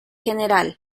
gral